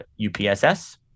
UPSS